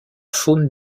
faune